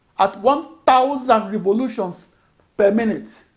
at one thousand revolutions per minute.